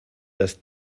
dass